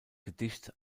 gedicht